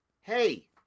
hey